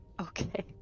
Okay